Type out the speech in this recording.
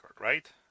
right